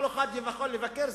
כל אחד יכול לבקר,